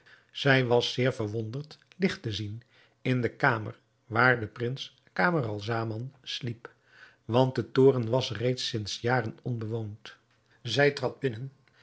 zij was zeer verwonderd licht te zien in de kamer waar de prins camaralzaman sliep want de toren was reeds sinds jaren onbewoond zij trad binnen